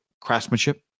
craftsmanship